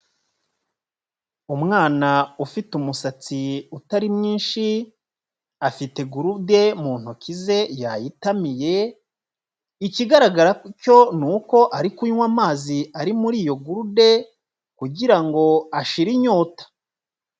Umwana ufite umusatsi utari mwinshi, afite gurude mu ntoki ze yayitamiye, ikigaragara cyo ni uko ari kunywa amazi ari muri iyo gurude kugira ngo ashire inyota.